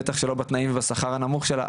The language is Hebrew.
בטח שלא בתנאים ובשכר הנמוך שלה,